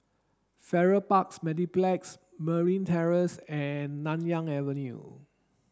Farrer Park Mediplex Merryn Terrace and Nanyang Avenue